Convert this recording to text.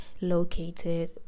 located